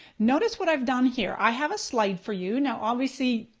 notice what i've done here. i have a slide for you. now obviously,